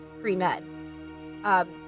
pre-med